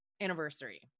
anniversary